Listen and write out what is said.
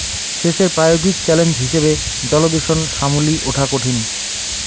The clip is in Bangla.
সেচের প্রায়োগিক চ্যালেঞ্জ হিসেবে জলদূষণ সামলি উঠা কঠিন